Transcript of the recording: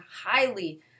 highly